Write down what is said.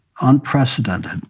unprecedented